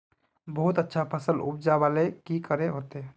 बहुत अच्छा फसल उपजावेले की करे होते?